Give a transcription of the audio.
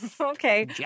Okay